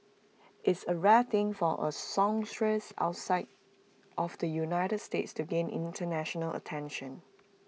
it's A rare thing for A songstress outside of the united states to gain International attention